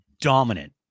dominant